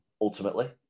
ultimately